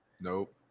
nope